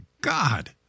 God